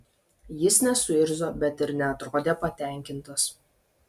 jis nesuirzo bet ir neatrodė patenkintas